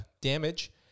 damage